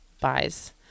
buys